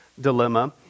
dilemma